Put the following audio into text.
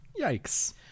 yikes